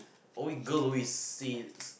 alway we go away sees